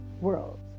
world